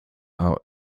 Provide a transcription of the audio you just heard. out